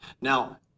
Now